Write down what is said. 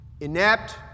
inept